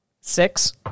Six